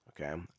okay